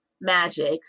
magic